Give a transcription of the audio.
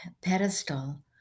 pedestal